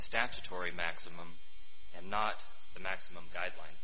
statutory maximum and not the maximum guidelines